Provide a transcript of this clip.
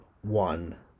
one